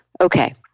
Okay